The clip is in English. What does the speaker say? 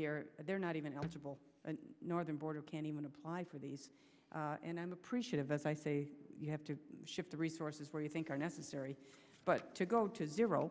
here they're not even eligible northern border can't even apply for these and i'm appreciative as i say you have to shift the resources where you think are necessary but to go to zero